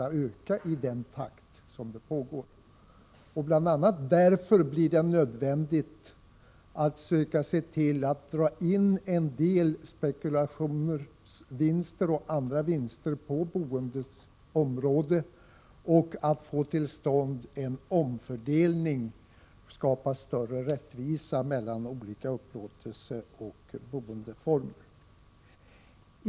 Av bl.a. den anledningen blir det nödvändigt att dra in en del spekulationsvinster och andra vinster på boendeområdet och få till stånd en omfördelning för att därigenom skapa större rättvisa mellan olika upplåtelseoch boendeformer.